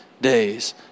days